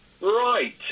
Right